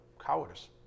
cowardice